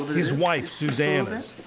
his wife, suzana